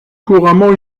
couramment